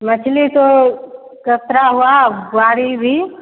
मछली तो सत्रह हुआ वारी भी